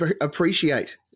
appreciate